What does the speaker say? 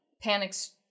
panics